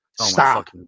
Stop